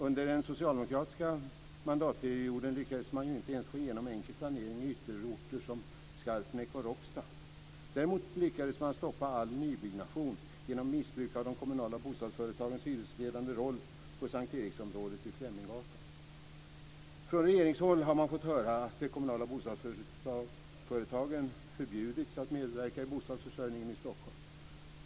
Under den socialdemokratiska mandatperioden lyckades man ju inte ens få igenom enkel planering i ytterförorter som Skarpnäck och Råcksta. Däremot lyckades man stoppa all nybyggnation genom missbruk av de kommunala bostadsföretagens hyresledande roll på S:t Eriksområdet vid Fleminggatan. Från regeringshåll har man fått höra att de kommunala bostadsföretagen förbjudits att medverka i bostadsförsörjningen i Stockholm.